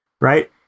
right